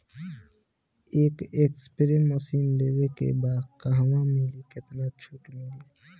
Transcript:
एक spray machine लेवे के बा कहवा मिली केतना छूट मिली?